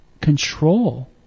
control